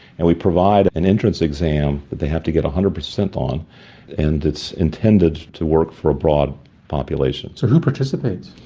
and we provide an entrance exam that they have to get one hundred per cent on and it's intended to work for a broad population. so who participates?